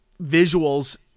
visuals